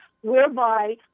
whereby